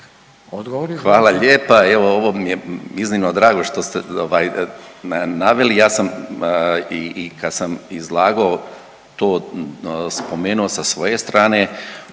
Hvala lijepa. Ovo mi je iznimno drago što ste naveli. Ja sam i kad sam izlagao to spomenuo sa svoje strane